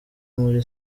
muri